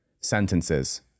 sentences